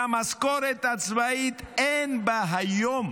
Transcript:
והמשכורת הצבאית, אין בה היום